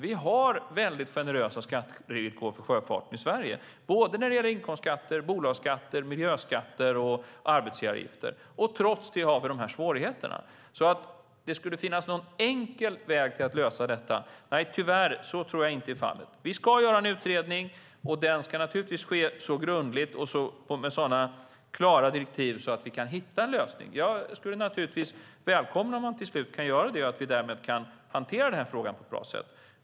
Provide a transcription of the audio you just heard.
Vi har väldigt generösa skattevillkor för sjöfarten i Sverige när det gäller inkomstskatter, bolagsskatter, miljöskatter och arbetsgivaravgifter. Trots det har vi de här svårigheterna. Att det skulle finnas någon enkel väg för att lösa detta tror jag tyvärr inte är fallet. Vi ska göra en utredning, och den ska naturligtvis ske så grundligt och med så klara direktiv att vi kan hitta en lösning. Jag skulle givetvis välkomna om man till slut kunde göra det, så att vi därmed kan hantera frågan på ett bra sätt.